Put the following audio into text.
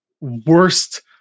worst